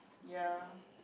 ya